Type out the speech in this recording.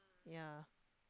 yeah